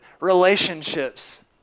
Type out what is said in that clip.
relationships